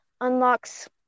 unlocks